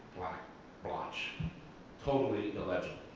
black blotch totally illegible,